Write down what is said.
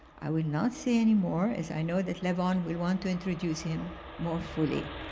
i will not say anymore, as i know that levon will want to introduce him more fully.